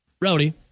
Rowdy